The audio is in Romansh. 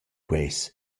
quels